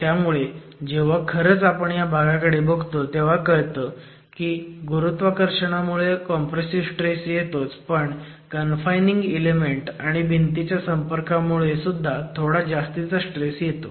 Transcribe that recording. त्यामुळे जेव्हा खरंच आपण ह्या भागाकडे बघतो तेव्हा कळतं की गुरुत्वाकर्षणामुळे कॉम्प्रेसिव्ह स्ट्रेस येतोच पण कन्फायनिंग एलमेंट्स आणि भिंतीच्या संपर्कामुळे सुद्धा थोडा जास्तीचा स्ट्रेस येतो